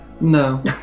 No